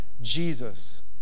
Jesus